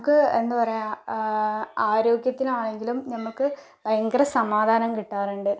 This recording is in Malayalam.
നമുക്ക് എന്താ പറയുക ആരോഗ്യത്തിന് ആണെങ്കിലും നമുക്ക് ഭയങ്കര സമാധാനം കിട്ടാറുണ്ട്